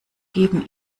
geben